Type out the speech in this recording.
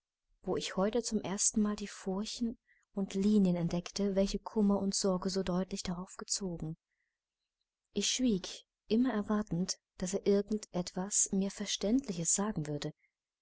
wo ich heute zum erstenmal die furchen und linien entdeckte welche kummer und sorge so deutlich darauf gezogen ich schwieg immer erwartend daß er irgend etwas mir verständliches sagen würde